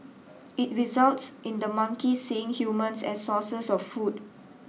it results in the monkeys seeing humans as sources of food